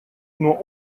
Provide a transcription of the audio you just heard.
nur